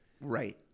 Right